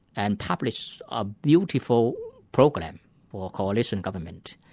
and publish a beautiful program for a coalition government,